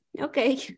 Okay